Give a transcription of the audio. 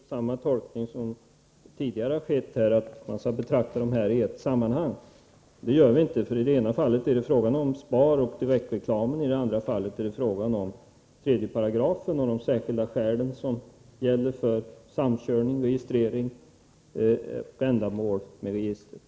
Fru talman! Marie-Ann Johansson gör samma tolkning som tidigare har gjorts, nämligen att man skall betrakta dessa frågor i ett sammanhang. Det gör vi inte, för i det ena fallet är det fråga om SPAR och direktreklam och i det andra fallet är det fråga om 3 8 och de särskilda skäl som gäller beträffande samkörning, registrering och ändamål med registren.